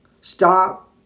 Stop